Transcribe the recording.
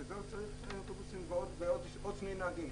צריך עוד שני אוטובוסים ועוד שני נהגים.